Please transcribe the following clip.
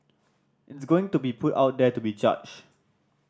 it's going to be put out there to be judged